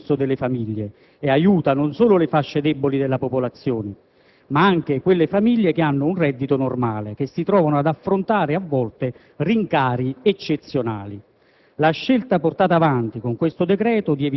contro i monopoli, rafforza il potere di acquisto delle famiglie e aiuta non solo le fasce deboli della popolazione, ma anche quelle famiglie che hanno un reddito normale, che si trovano ad affrontare a volte rincari eccezionali.